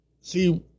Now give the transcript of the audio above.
see